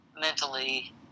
mentally